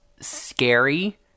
scary